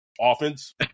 offense